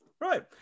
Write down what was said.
Right